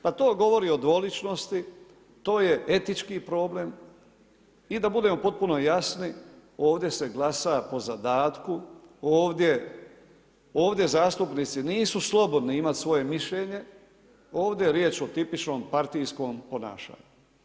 Pa to govori o dvoličnosti, to je etički problem i da budemo potpuno jasni ovdje se glasa po zadatku, ovdje zastupnici nisu slobodni imat svoje mišljenje, ovdje je riječ o tipičnom partijskom ponašanju.